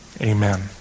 Amen